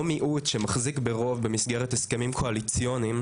או מיעוט שמחזיק ברוב במסגרת הסכמים קואליציוניים